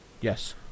Yes